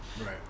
Right